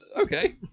okay